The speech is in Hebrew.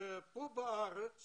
פה בארץ